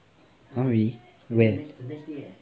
!huh! really when